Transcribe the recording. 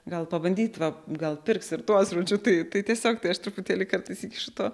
gal pabandyt va gal pirks ir tuos žodžiu tai tai tiesiog tai aš truputėlį kartais įkišu to